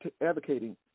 advocating